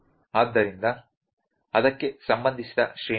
ಆದ್ದರಿಂದ ಅದಕ್ಕೆ ಸಂಬಂಧಿಸಿದ ಶ್ರೇಣಿ ಇದೆ